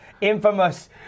infamous